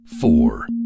four